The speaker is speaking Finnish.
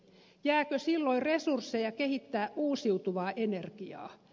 jääkö silloin resursseja kehittää uusiutuvaa energiaa